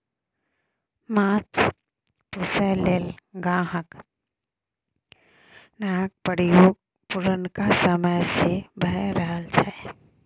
माछ पोसय लेल नाहक प्रयोग पुरनका समय सँ भए रहल छै